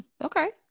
Okay